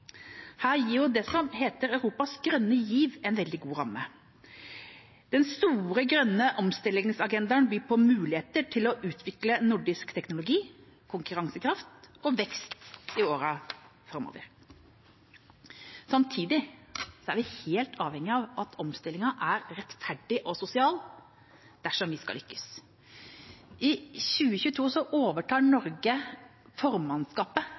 Her gir det som kalles Europas grønne giv, en veldig god ramme. Denne store grønne omstillingsagendaen byr på muligheter til å utvikle nordisk teknologi, konkurransekraft og vekst i årene framover. Samtidig er vi helt avhengig av at omstillingen er rettferdig og sosial dersom vi skal lykkes. I 2022 overtar Norge formannskapet